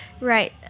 Right